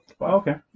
Okay